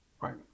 Right